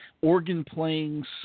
organ-playing